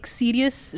serious